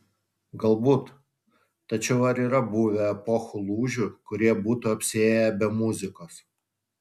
galbūt tačiau ar yra buvę epochų lūžių kurie būtų apsiėję be muzikos